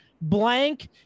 Blank